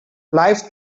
lifes